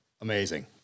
amazing